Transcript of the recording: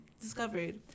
discovered